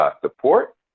support